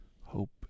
hope